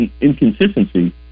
inconsistency